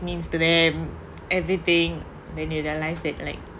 means to them everything they neutralise dateline